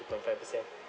two point five percent